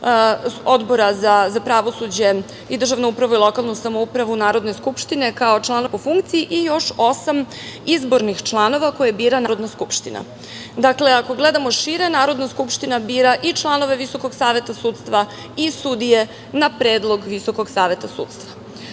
Obora za pravosuđe i državnu upravu i lokalnu samoupravu Narodne skupštine kao članovi po funkciji i još osam izbornih članova koje bira Narodna skupština. Dakle, ako gledamo šire, Narodna skupština bira i članove Visokog saveta sudstva i sudije na predlog Visokog saveta sudstva.U